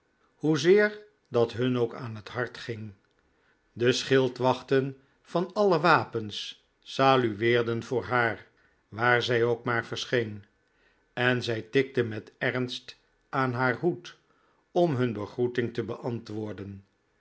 hoezeer dat hun ook aan het hart ging de schildwachten van alle wapens salueerden voor haar waar zij ook maar verscheen en zij tikte met ernst aan haar hoed om hun begroeting te beantwoorden